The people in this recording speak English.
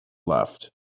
left